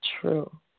True